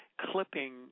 clipping